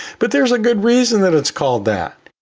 but there's a good reason that it's called that.